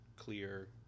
clear